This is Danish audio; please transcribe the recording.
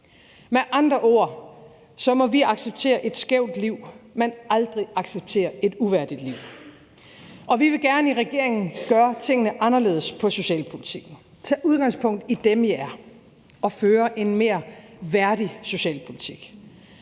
Med andre ord må vi acceptere et skævt liv, men aldrig acceptere et uværdigt liv, og vi vil i regeringen gerne gøre tingene anderledes på socialpolitikområdet, tage udgangspunkt i dem, I er, og føre en mere værdig socialpolitik.